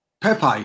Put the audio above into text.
Pepe